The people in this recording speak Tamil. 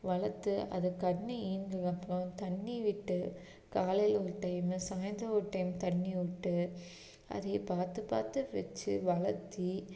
வளர்த்து அது கன்று ஈன்றதுக்கு அப்புறம் தண்ணி விட்டு காலையில் ஒரு டைமு சாயந்தரம் ஒரு டைம் தண்ணி விட்டு அதையை பார்த்து பார்த்து வைச்சு வளர்த்தி